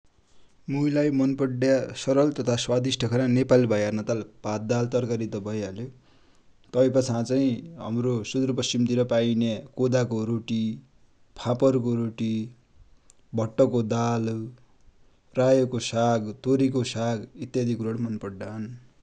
मुइलाइ मन पड्या सरल तथा स्वादिस्ट खाना नेपालि भ​एको नाताले भात दाल तरकारि त भैहाल्यो। तै पछा चाइ हमरो सुदुरपस्चिम तिर पाइने कोदाको रोटि, फापर को रोटी, भट्ट को दाल, रायो को साग, तोरि को साग इत्यादि कुरा मन पडुञ्छ ।